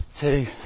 Two